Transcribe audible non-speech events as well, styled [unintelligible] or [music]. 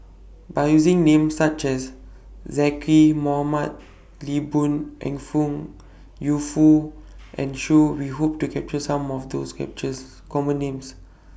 By using Names such as Zaqy Mohamad Lee Boon Ngan [unintelligible] Yu Foo and Shoon We Hope to capture Some of those captures Common Names